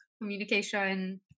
communication